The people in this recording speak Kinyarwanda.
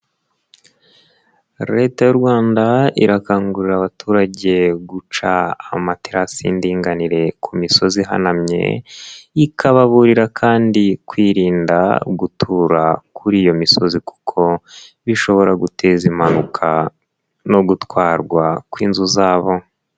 Leta y'u Rwanda irakangurira abaturage guca amaterasi y'indinganire ku misozi ihanamye, ikababurira kandi kwirinda gutura kuri iyo misozi kuko bishobora guteza impanuka no gutwarwa kw'inzu zabo.